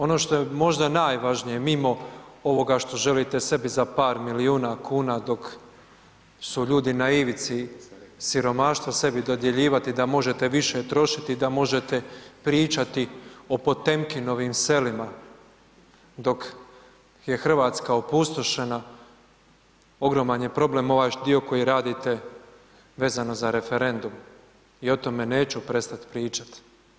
Ono što je možda najvažnije mimo ovoga što želite sebi za par milijuna kuna dok su ljudi na ivici siromaštva sebi dodjeljivati da možete više trošiti, da možete pričati o Potemkinovim selima dok je Hrvatska opustošena, ogroman je problem ovaj dio koji radite vezano za referendum i tome neću prestat pričat.